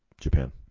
Japan